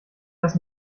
das